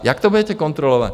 Jak to budete kontrolovat?